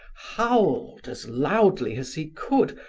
howled as loudly as he could,